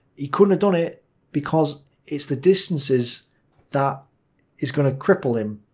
he couldn't have done it because it's the distances that is gonna cripple him,